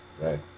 Right